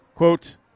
Quote